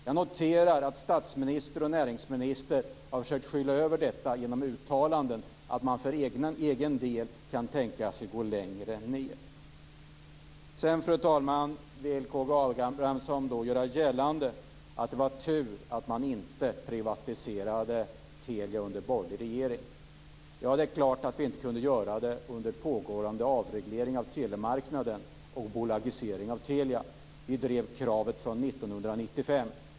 Jag noterar att statsministern och näringsministern har försökt skyla över detta genom uttalanden om att man för egen del kan tänka sig att gå längre. Fru talman! Sedan vill K G Abramsson göra gällande att det var tur att man inte privatiserade Telia under den borgerliga regeringen. Det är klart att vi inte kunde göra det under den pågående avregleringen av telemarknaden och bolagiseringen av Telia. Vi drev kravet från 1995.